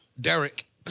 Derek